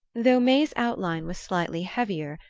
though may's outline was slightly heavier,